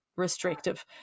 restrictive